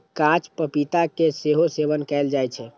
कांच पपीता के सेहो सेवन कैल जाइ छै